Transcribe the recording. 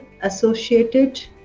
associated